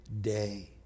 day